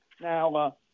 Now